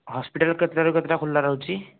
hospital କେତେଟାରୁ କେତେଟା ଖୋଲା ରହୁଛି